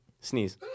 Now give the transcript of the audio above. Sneeze